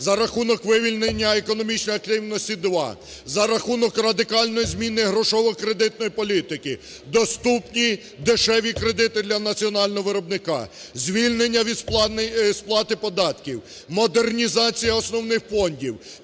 за рахунок вивільнення економічної активності – два, за рахунок радикальної зміни грошово-кредитної політики, доступні дешеві кредити для національного виробника, звільнення від сплати податків, модернізація основних фондів,